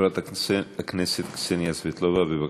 חברת הכנסת קסניה סבטלובה, בבקשה.